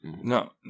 No